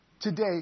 today